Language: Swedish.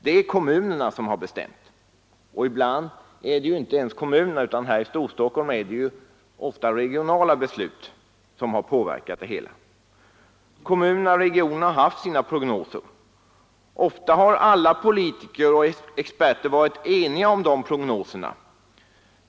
Det är kommunerna som har bestämt detta, och ibland inte ens kommunerna, utan här i Storstockholm är det ofta regionala beslut som har påverkat det hela. Kommunerna och regionerna har gjort sina prognoser. Ofta har alla politiker och experter varit eniga om dessa prognoser.